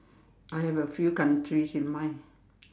I have a few countries in mind